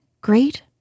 Great